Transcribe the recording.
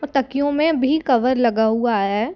और तकियों में भी कवर लगा हुआ आया है